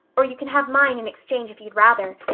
or you can have mine in exchange if you'd rather.